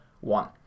one